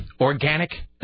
organic